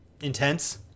intense